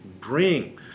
bring